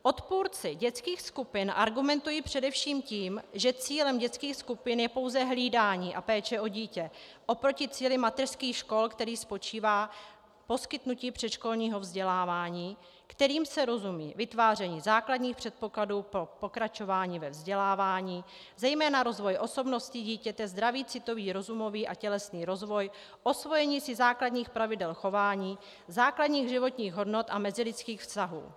Odpůrci dětských skupin argumentují především tím, že cílem dětských skupin je pouze hlídání a péče o dítě oproti cíli mateřských škol, který spočívá v poskytnutí předškolního vzdělávání, kterým se rozumí vytváření základních předpokladů pro pokračování vzdělávání, zejména rozvoj osobnosti dítěte, zdravý citový, rozumový a tělesný rozvoj, osvojení si základních pravidel chování, základních životních hodnot a mezilidských vztahů.